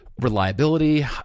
reliability